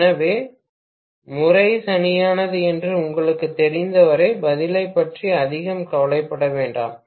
எனவே முறை சரியானது என்று உங்களுக்குத் தெரிந்தவரை பதிலைப் பற்றி அதிகம் கவலைப்பட வேண்டாம்